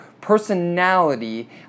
personality